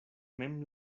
mem